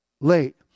late